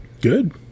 good